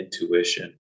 intuition